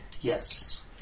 Yes